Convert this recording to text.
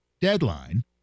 deadline